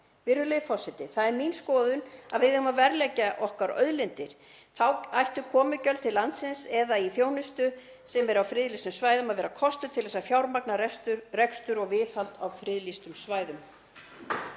Virðulegi forseti. Það er mín skoðun að við eigum að verðleggja okkar auðlindir. Þá ættu komugjöld til landsins eða í þjónustu sem er á friðlýstum svæðum að vera kostur til að fjármagna rekstur og viðhald á friðlýstum svæðum.